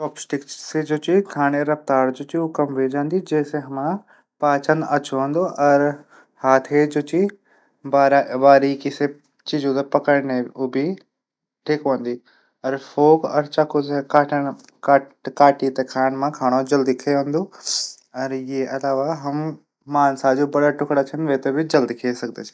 चॉप-स्टिक से खाणा रप्तार कम वे जांदी। जैसे हमरू पाचन अछू हूंद। और हाथो से चीजों थै पकडना ट्रीक हूंदी। और फल फ्रूट थै काटण मा जल्दी खयेंदू। और ये अलावा मास जू टुकड़ा छन ऊंथै जल्दी खै सकदा छन।